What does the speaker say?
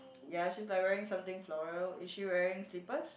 ya she's like wearing something floral is she wearing slippers